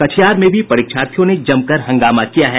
कटिहार में भी परीक्षार्थियों ने जमकर हंगामा किया है